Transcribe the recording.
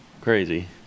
crazy